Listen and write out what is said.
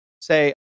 Say